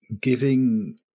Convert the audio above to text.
giving